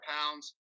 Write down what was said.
pounds